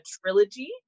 trilogy